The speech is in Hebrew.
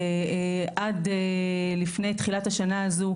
שעד לפני תחילת השנה הזו,